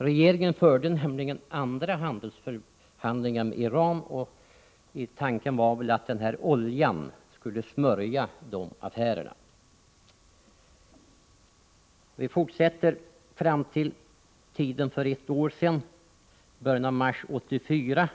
Regeringen förde nämligen andra handelsförhandlingar med Iran, och tanken var väl att oljan skulle smörja de affärerna. Vi fortsätter fram till för ett år sedan, början av mars 1984.